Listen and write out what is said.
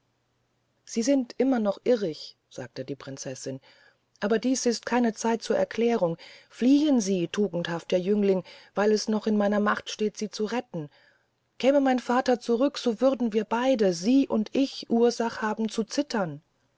sie sind immer noch irrig sagte die prinzessin aber dies ist keine zeit zur erklärung fliehn sie tugendhafter jüngling weil es noch in meiner macht steht sie zu retten käme mein vater zurück so würden wir beyde sie und ich ursach haben zu zittern